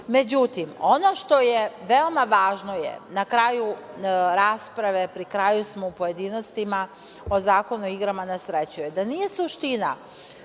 zakonu.Međutim, ono što je veoma važno na kraju rasprave, pri kraju smo u pojedinostima Zakona o igrama na sreću, da nije suština